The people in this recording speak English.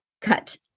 cut